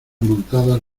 montadas